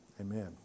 amen